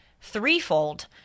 threefold